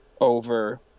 over